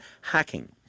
hacking